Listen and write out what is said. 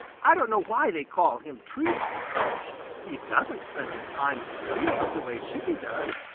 i don't know why they call him tree sparrow he doesn't spend his time in the trees the way chippy does,